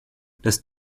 dass